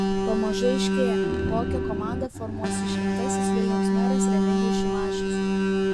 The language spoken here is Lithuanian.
pamažu aiškėja kokią komandą formuos išrinktasis vilniaus meras remigijus šimašius